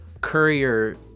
courier